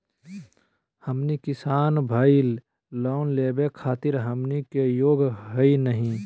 हमनी किसान भईल, लोन लेवे खातीर हमनी के योग्य हई नहीं?